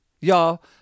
y'all